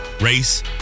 race